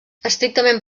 estrictament